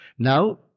Now